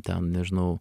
ten nežinau